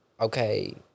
Okay